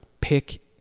pick